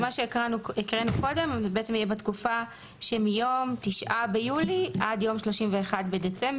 אז מה שהקראנו קודם בעצם יהיה בתקופה שמיום 9 ביולי עד יום 31 בדצמבר.